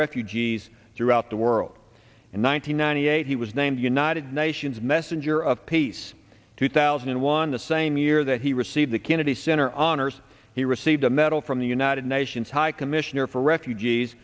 refugees throughout the world in one thousand nine hundred eight he was named united nations messenger of peace two thousand and one the same year that he received the kennedy center honors he received a medal from the united nations high commissioner for refugees